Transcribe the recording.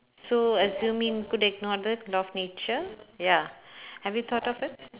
so assuming you could ignore the law of nature ya have you thought of it